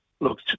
look